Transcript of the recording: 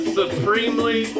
supremely